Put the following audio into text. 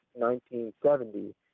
1970